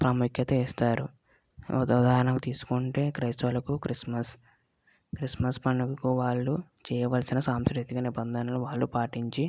ప్రాముఖ్యత ఇస్తారు ఉదాహరణకు తీసుకుంటే క్రైస్తవులకు క్రిస్మస్ క్రిస్మస్ పండగకు వాళ్ళు చేయవలసిన సాంస్కృతిక నిబంధనలు వాళ్ళు పాటించి